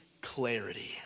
clarity